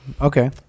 Okay